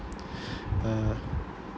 uh